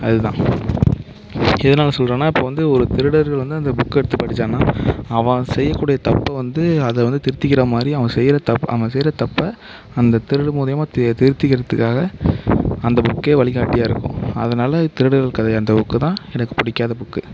அதுதான் எதனால சொல்கிறேன்னா இப்போ வந்து ஒரு திருடர்கள் வந்து அந்த புக்கை எடுத்து படித்தான்னா அவன் செய்யக்கூடிய தப்பை வந்து அதை வந்து திருத்திக்கிற மாதிரி அவன் செய்கிற தப்பு அவன் செய்கிற தப்பை அந்த திருடு மூலிமா திருத்திக்கிறத்துக்காக அந்த புக்கே வழிகாட்டியாக இருக்கும் அதனால் திருடர்கள் கதை அந்த புக்கு தான் எனக்கு பிடிக்காத புக்கு